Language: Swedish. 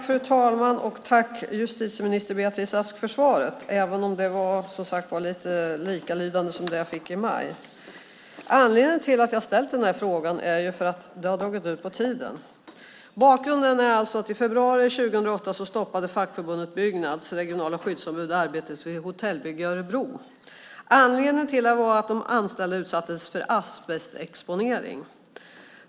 Fru talman! Tack, justitieminister Beatrice Ask, för svaret även om det var ganska likt det jag fick i maj! Anledningen till att jag har ställt den här frågan är att det har dragit ut på tiden. Bakgrunden är att i februari 2008 stoppade fackförbundet Byggnads regionala skyddsombud arbetet vid ett hotellbygge i Örebro. Anledningen var att de anställda utsattes för asbestexponering.